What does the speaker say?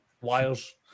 Wires